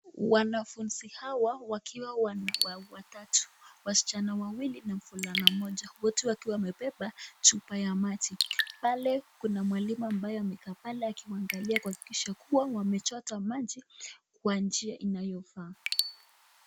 Wanafunzi hawa wakiwa watatu. Wasichana wawili na kijana moja, wote wakiwa wamebeba chupa ya maji. Pale kuna mwalimu ambaye amekaa pale kuhakikisha kuwa wamechota maji kwa njia inayofaa.